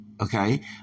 Okay